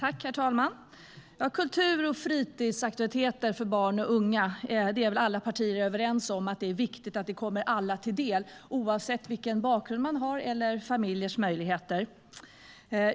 Herr talman! Kultur och fritidsaktiviteter för barn och unga är väl alla partier överens om att det är viktigt att det kommer alla till del, oavsett vilken bakgrund man har eller familjers möjligheter.